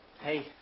Hey